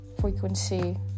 frequency